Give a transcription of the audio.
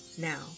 Now